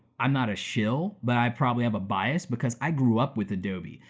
i'm not a shill, but i probably have a bias because i grew up with adobe.